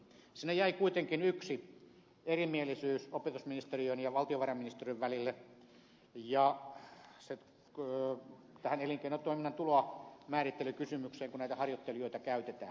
sinne jäi kuitenkin yksi erimielisyys opetusministeriön ja valtiovarainministeriön välille tähän elinkeinotoiminnan tulonmäärittelykysymykseen kun näitä harjoittelijoita käytetään